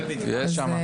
יש שם.